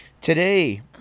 Today